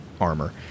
armor